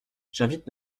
j’invite